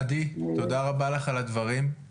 עדי תודה רבה לך על הדברים.